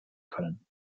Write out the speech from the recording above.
können